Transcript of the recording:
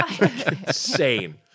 Insane